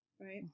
right